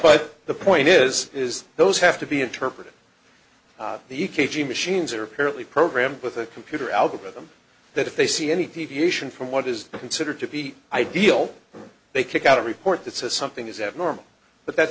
but the point is is those have to be interpreted the e k g machines are apparently programmed with a computer algorithm that if they see any deviation from what is considered to be ideal they kick out a report that says something is ever normal but that